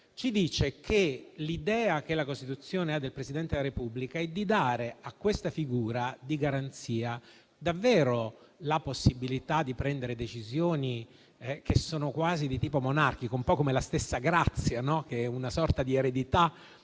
ci dice che l'idea che la Costituzione ha del Presidente della Repubblica è quella di dare a questa figura di garanzia davvero la possibilità di prendere decisioni, che sono quasi di tipo monarchico, un po' come la stessa grazia, che è una sorta di eredità